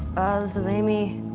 this is aimee.